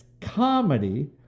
comedy